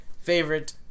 favorite